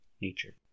Nature